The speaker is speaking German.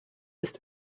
ist